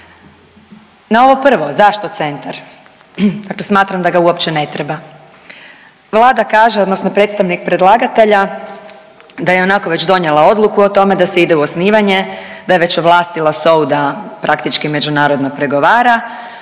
Na ovo prvo zašto centar, dakle smatram da ga uopće ne treba, Vlada kaže odnosno predstavnik predlagatelja da je ionako već donijela odluku o tome da se ide u osnivanje, da je već ovlastila SOA-u da praktički međunarodno pregovara,